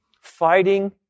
fighting